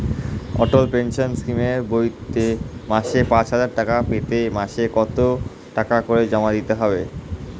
অটল pension স্কিমের বইতে মাসে পাঁচ হাজার টাকা করে পেতে মাসে কত টাকা করে জমা দিতে হবে?